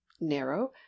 Narrow